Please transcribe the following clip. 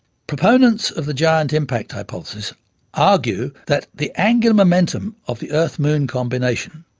proponents of the giant impact hypothesis argue that the angular momentum of the earth-moon combination,